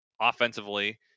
offensively